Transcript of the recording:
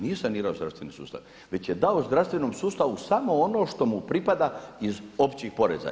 Nije sanirao zdravstveni sustav već je dao zdravstvenom sustavu samo ono što mu pripada iz općih poreza.